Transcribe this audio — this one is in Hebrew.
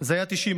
זה היה 90%